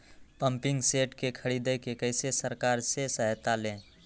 Pumping set के ख़रीदे मे कैसे सरकार से सहायता ले?